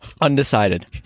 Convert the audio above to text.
Undecided